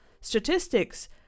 Statistics